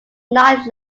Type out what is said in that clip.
night